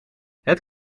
het